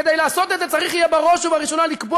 כדי לעשות את זה יהיה צריך בראש ובראשונה לקבוע